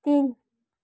तिन